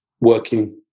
working